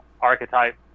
archetype